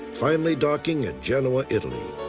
finally docking at genoa, italy.